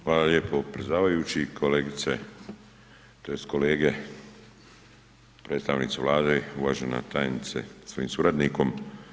Hvala lijepo predsjedavajući, kolegice, tj. kolege predstavnici Vlade, uvažena tajnice sa svojim suradnikom.